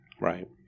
Right